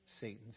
Satan's